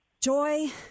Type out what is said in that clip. joy